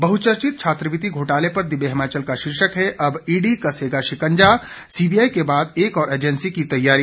बहुचर्चित छात्रवृति घोटाले पर दिव्य हिमाचल का शीर्षक है अब ईडी कसेगा शिकंजा सीबीआई के बाद एक और एजेंसी की तैयारी